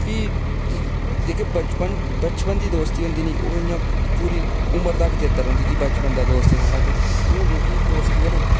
भी जेह्के बचपन बचपन दी दोस्ती होंदी निं ओह् इ'यां पूरी उमर तक्कर चेता रौंह्दी कि बचपन दा दोस्त साढ़ा ते जेह्की दोस्ती ऐ निं